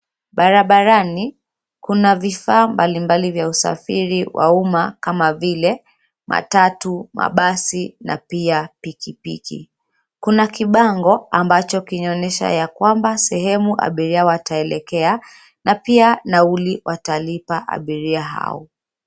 Barabarani kuna vifaa mbalimbali vya usafiri wa umma kama vile matatu, mabasi na pia pikipiki. Kuna kibango ambacho kinaonyesha ya kwamba sehemu abiria wataelekea na pia nauli watalipa abiria hao.